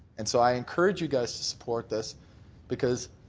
and so i encourage you guys to support this because